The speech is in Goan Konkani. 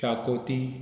शाकोती